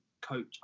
coach